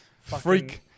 freak